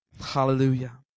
Hallelujah